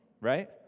right